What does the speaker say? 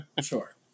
sure